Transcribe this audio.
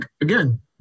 again